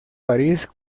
parís